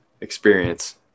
experience